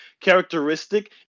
characteristic